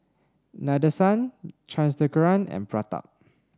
Nadesan Chandrasekaran and Pratap